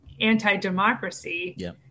anti-democracy